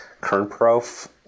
Kernprof